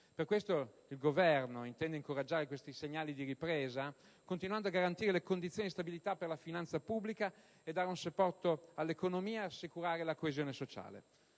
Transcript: Per questo il Governo intende incoraggiare questi segnali di ripresa continuando a garantire condizioni di stabilità per la finanza pubblica, a dare supporto all'economia e ad assicurare la coesione sociale.